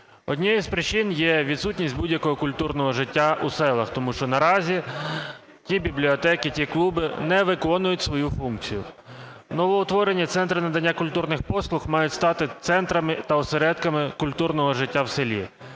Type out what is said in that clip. Однією з причин є відсутність будь-якого культурного життя у селах, тому що наразі ті бібліотеки, ті клуби не виконують свою функцію. Новоутворені центри надання культурних послуг мають стати центрами та осередками культурного життя в селі,